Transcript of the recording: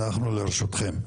אנחנו לרשותכם.